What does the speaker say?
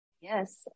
yes